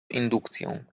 indukcją